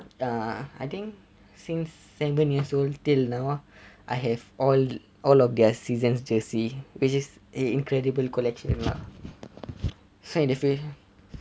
err I think since seven years old till now I have all all of their seasons jersey which is a incredible collection lah so in the fu~